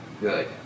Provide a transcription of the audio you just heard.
good